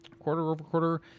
Quarter-over-quarter